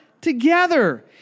together